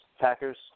Packers